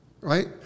right